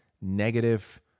negative